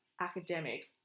academics